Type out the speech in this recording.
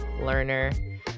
learner